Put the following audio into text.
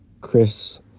Chris